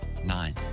Nine